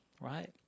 right